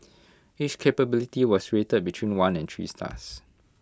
each capability was rate between one and three stars